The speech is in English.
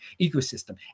ecosystem